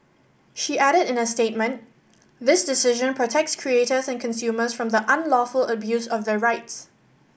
she added in a statement this decision protects creators and consumers from the unlawful abuse of their rights